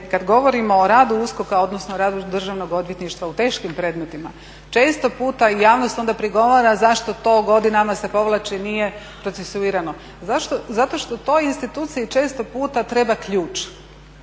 kad govorimo o radu USKOK-a, odnosno radu državnog odvjetništva u teškim predmetima, često puta javnost onda prigovara zašto to godinama se povlači, nije procesuirano. Zato što toj instituciji često puta treba ključ.